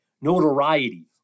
notoriety